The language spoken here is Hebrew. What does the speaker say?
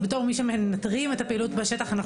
בתור מי שמנטרים את הפעילות בשטח אנחנו